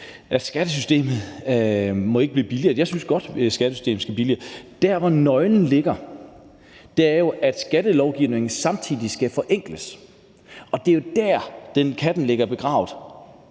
at skattesystemet ikke må blive billigere. Jeg synes godt, at skattesystemet må være billigere. Der, hvor katten ligger begravet, er jo, at skattelovgivningen samtidig skal forenkles. For herinde fra Folketingets